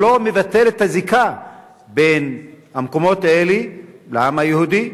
זה לא מבטל את הזיקה בין המקומות האלה לעם היהודי,